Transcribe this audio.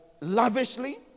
lavishly